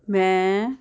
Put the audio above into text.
ਮੈਂ